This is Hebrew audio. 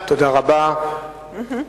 גם לאחמד